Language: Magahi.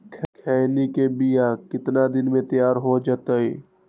खैनी के बिया कितना दिन मे तैयार हो जताइए?